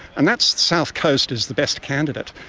and that south coast is the best candidate.